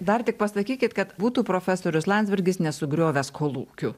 dar tik pasakykit kad būtų profesorius landsbergis nesugriovęs kolūkių